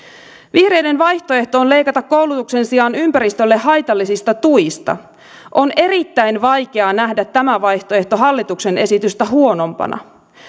vihreiden vaihtoehto on leikata koulutuksen sijaan ympäristölle haitallisista tuista on erittäin vaikeaa nähdä tämä vaihtoehto hallituksen esitystä huonompana